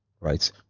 right